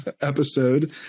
episode